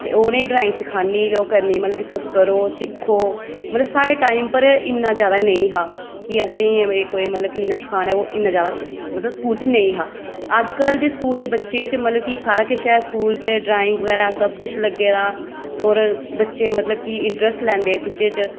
ते उ'नें ई ड्राइंग सखान्नी ओह् करनी मतलब कि तुस करो सिक्खो मतलब साढ़े टाइम पर इन्ना जैदा नेईं हा कि असें ई कोई मतलब कि इन्ना सखाना इन्ना जैदा नेईं मतलब स्कूल च नेईं हा ते अजकल दे स्कूल दे बच्चे च मतलब कि सारा किश ऐ स्कूल च ड्राइंग बगैरा सब किश लग्गे दा और बच्चे मतलब की इंट्रैस्ट लैंदे इस चीजै च